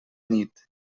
nit